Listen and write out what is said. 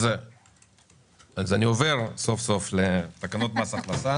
אז אני עובר סוף סוף לתקנות מס הכנסה